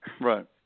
Right